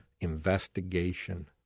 Investigation